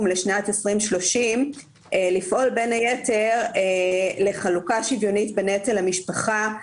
לשנת 2030 לפעול בין היתר לחלוקה שוויונית בנטל המשפחה,